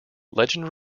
legend